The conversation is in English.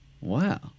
Wow